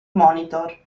monitor